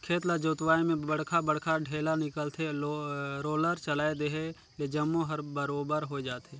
खेत ल जोतवाए में बड़खा बड़खा ढ़ेला निकलथे, रोलर चलाए देहे ले जम्मो हर बरोबर होय जाथे